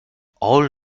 all